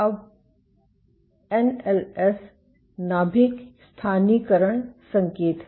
अब एनएलएस नाभिक स्थानीयकरण संकेत है